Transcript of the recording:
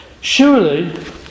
Surely